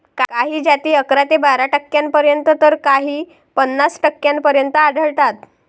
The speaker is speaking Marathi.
काही जाती अकरा ते बारा टक्क्यांपर्यंत तर काही पन्नास टक्क्यांपर्यंत आढळतात